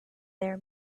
their